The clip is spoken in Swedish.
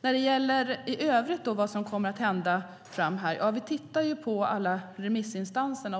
När det gäller vad som kommer att hända i övrigt framöver tittar vi på alla remissinstanser.